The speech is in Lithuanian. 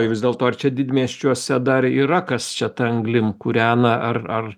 vis dėlto ar čia didmiesčiuose dar yra kas čia ta anglim kūrena ar ar